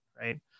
Right